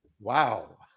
Wow